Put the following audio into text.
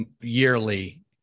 yearly